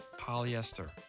polyester